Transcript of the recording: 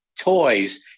toys